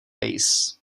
bass